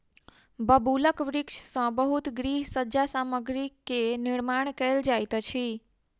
बबूलक वृक्ष सॅ बहुत गृह सज्जा सामग्री के निर्माण कयल जाइत अछि